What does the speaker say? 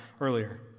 earlier